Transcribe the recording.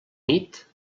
nit